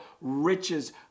riches